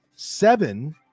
seven